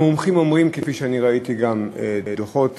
המומחים אומרים, כפי שראיתי גם בדוחות